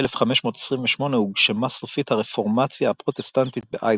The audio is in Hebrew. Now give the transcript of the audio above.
ב-1528 הוגשמה סופית הרפורמציה הפרוטסטנטית באייזנך.